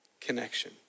connection